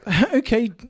Okay